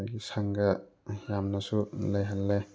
ꯑꯗꯒꯤ ꯁꯪꯒ ꯌꯥꯝꯅꯁꯨ ꯂꯩꯍꯜꯂꯦ